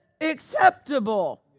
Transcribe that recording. acceptable